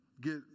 get